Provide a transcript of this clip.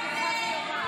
כעת.